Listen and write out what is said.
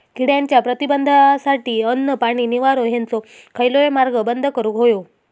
किड्यांच्या प्रतिबंधासाठी अन्न, पाणी, निवारो हेंचो खयलोय मार्ग बंद करुक होयो